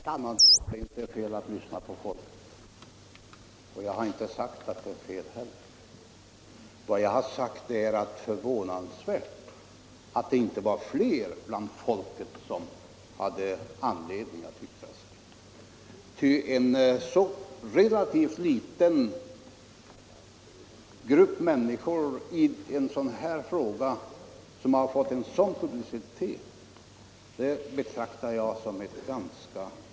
Herr talman! Det är inte fel att lyssna på folket, och jag har inte heller sagt att det är fel. Vad jag har sagt är att det är förvånansvärt att det inte var fler bland folket som hade anledning att yttra sig. Att en så relativt liten grupp människor har hört av sig i en sådan här fråga som har fått en sådan publicitet betraktar jag som ett ganska dåligt resultat.